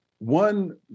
One